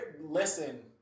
listen